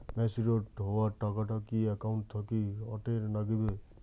Matured হওয়া টাকাটা কি একাউন্ট থাকি অটের নাগিবে?